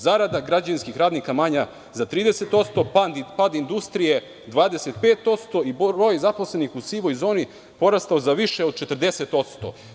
Zarada građevinskih radnika manja za 30%, pad industrije 25% i broj zaposlenih u sivoj zoni porastao za više od 40%